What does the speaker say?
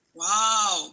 wow